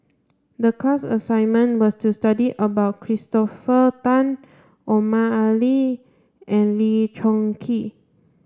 the class assignment was to study about Christopher Tan Omar Ali and Lee Choon Kee